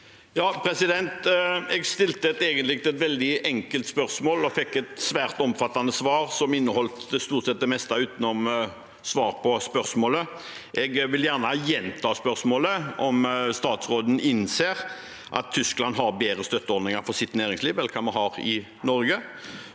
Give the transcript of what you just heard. Jeg stilte egentlig et veldig enkelt spørsmål og fikk et svært omfattende svar, som inneholdt stort sett det meste utenom svar på spørsmålet. Jeg vil gjerne gjenta spørsmålet om statsråden innser at Tyskland har bedre støtteordninger for sitt næringsliv enn hva vi har i Norge.